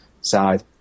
side